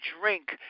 drink